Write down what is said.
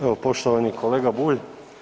Evo poštovani kolega Bulj.